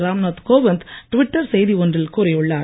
Ram Nath Kovind Twitter செய்தி ஒன்றில் கூறியுள்ளார்